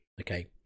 okay